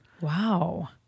Wow